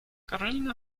karolina